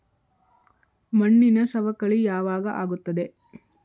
ಮಣ್ಣಿನ ಸವಕಳಿ ಯಾವಾಗ ಆಗುತ್ತದೆ?